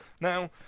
Now